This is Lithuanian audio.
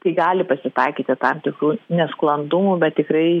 tai gali pasitaikyti tam tikrų nesklandumų bet tikrai